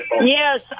Yes